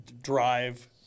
drive